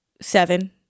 Seven